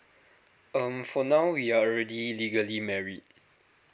um for now we are already legally married